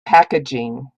packaging